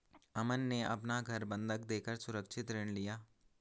अमन ने अपना घर बंधक देकर सुरक्षित ऋण लिया